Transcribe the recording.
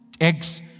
eggs